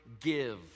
give